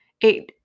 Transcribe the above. it